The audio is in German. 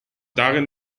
darin